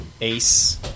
ace